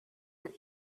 that